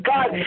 God